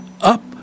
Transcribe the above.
up